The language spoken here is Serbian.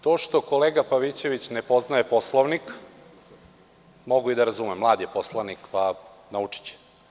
To što kolega Pavićević ne poznaje Poslovnik mogu i da razumem, mlad je poslanik, naučiće.